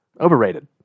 Overrated